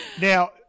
Now